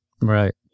Right